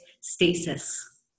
stasis